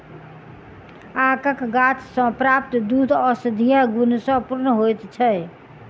आकक गाछ सॅ प्राप्त दूध औषधीय गुण सॅ पूर्ण होइत छै